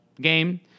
game